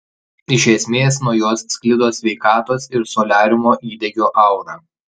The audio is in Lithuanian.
iš esmės nuo jos sklido sveikatos ir soliariumo įdegio aura